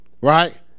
right